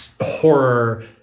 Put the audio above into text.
horror